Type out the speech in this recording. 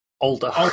Older